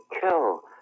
kill